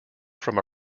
from